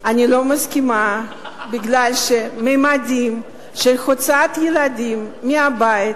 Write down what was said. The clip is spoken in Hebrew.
אני לא מסכימה בגלל הממדים של הוצאת ילדים מהבית,